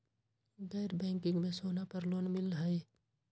गैर बैंकिंग में सोना पर लोन मिलहई?